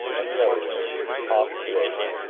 and the other winds, to toss the ocean.